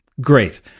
Great